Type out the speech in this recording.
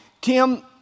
Tim